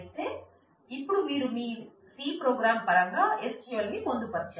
అయితే ఇప్పుడు మీరు మీ C ప్రోగ్రామ్ పరంగా SQLని పొందుపరచారు